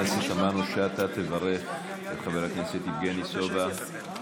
חבר הכנסת יבגני, זכות גדולה